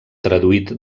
traduït